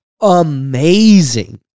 amazing